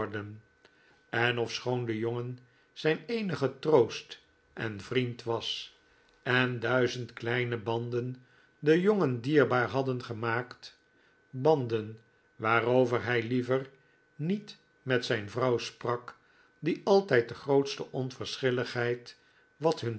en ofschoon de jongen zijn eenige troost en vriend was en duizend kleine banden den jongen dierbaar hadden gemaakt banden waarover hij liever niet met zijn vrouw sprak die altijd de grootste onverschilligheid wat hun